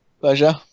Pleasure